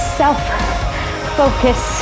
self-focus